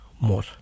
more